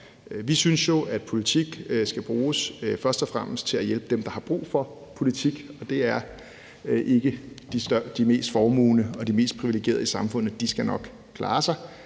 vi synes jo, at en politik først og fremmest skal bruges til at hjælpe dem, der har brug for den, og det er ikke de mest formuende og de mest privilegerede i samfundet, for de skal nok klare sig,